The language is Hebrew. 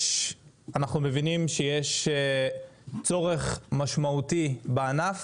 אנחנו מבינים שיש צורך משמעותי בענף